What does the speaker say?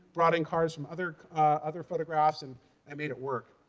brought in cars from other other photographs, and i made it work.